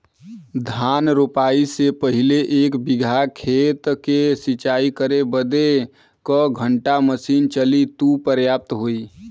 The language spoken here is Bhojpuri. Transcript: धान रोपाई से पहिले एक बिघा खेत के सिंचाई करे बदे क घंटा मशीन चली तू पर्याप्त होई?